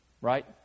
right